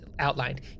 outlined